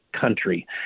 country